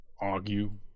argue